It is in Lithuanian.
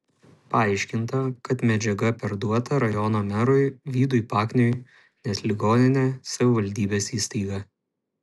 paaiškinta kad medžiaga perduota rajono merui vydui pakniui nes ligoninė savivaldybės įstaiga